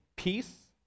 Peace